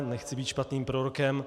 Nechci být špatným prorokem.